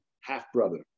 half-brother